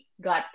got